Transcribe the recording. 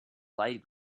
light